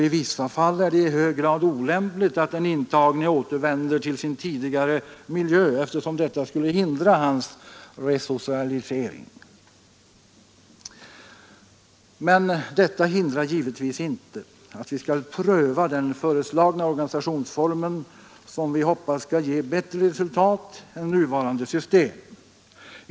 I vissa fall är det också i hög grad olämpligt att den intagne återvänder till sin tidigare miljö, eftersom detta skulle försvåra hans resocialisering. Men det hindrar givetvis inte att man bör pröva den föreslagna organisationsformen, som vi hoppas skall ge bättre resultat än det nuvarande systemet.